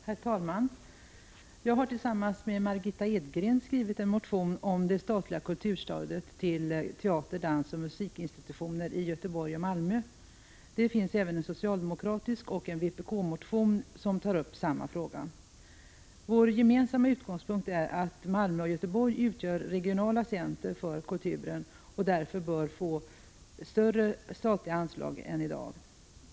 Herr talman! Jag har tillsammans med Margitta Edgren skrivit en motion om det statliga kulturstödet till teater-, dansoch musikinstitutioner i Göteborg och Malmö. Det finns även en socialdemokratisk motion och en vpk-motion som tar upp samma fråga. Vår gemensamma utgångspunkt är att Malmö och Göteborg utgör regionala centra för kulturen och därför bör få större statliga anslag än i dag.